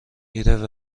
گیرد